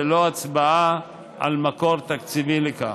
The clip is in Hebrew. ללא הצבעה על מקור תקציבי לכך.